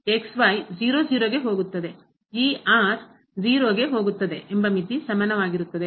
ಈ 0 ಗೆ ಹೋಗುತ್ತದೆ ಎಂಬ ಮಿತಿಗೆ ಸಮನಾಗಿರುತ್ತದೆ